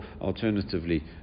alternatively